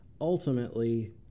ultimately